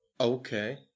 Okay